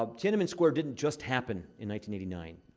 um tiananmen square didn't just happen in one nine.